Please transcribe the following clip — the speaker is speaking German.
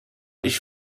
ich